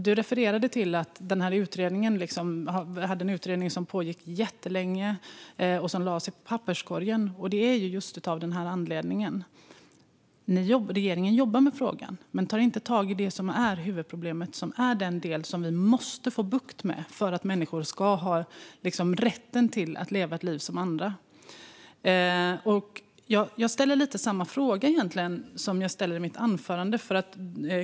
Kristina Nilsson refererade till den utredning som pågick jättelänge och som lades i papperskorgen, och det var just av denna anledning. Regeringen jobbar med frågan men tar inte tag i det som är huvudproblemet och den del som vi måste få bukt med för att människor ska ha rätt att leva ett liv som andra. Jag ska ställa ungefär samma fråga som jag ställde i mitt anförande.